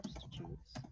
substitutes